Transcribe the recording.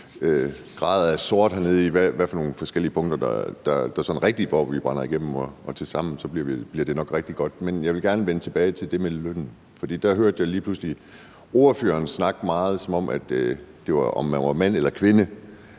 hvad for nogle forskellige punkter vi sådan rigtig brænder igennem på, og tilsammen bliver det nok rigtig godt. Men jeg vil gerne vende tilbage til det med lønnen, for der hørte jeg lige pludselig ordføreren snakke meget om, at det var det, at man var mand eller kvinde,